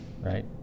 right